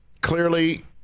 Clearly